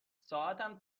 ساعتم